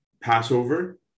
Passover